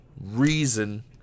reason